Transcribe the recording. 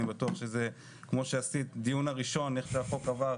אני בטוח שכפי שעשית את הדיון הראשון על החוק הזה מיד כשהחוק עבר,